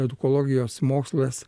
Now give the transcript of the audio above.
edukologijos mokslas